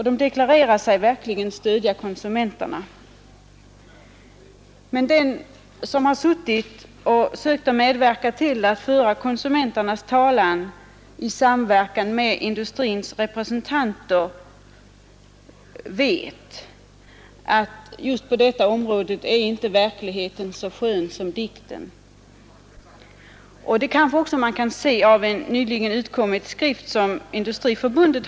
De förklarar sig verkligen stödja konsumenterna. Men den som har försökt medverka till att föra konsumenternas talan i samverkan med industrins representanter vet att verkligheten just på detta område inte är så skön som dikten. Det kanske man kan se av en nyligen utkommen skrift från Industriförbundet.